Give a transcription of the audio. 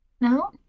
No